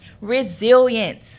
resilience